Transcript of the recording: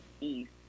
east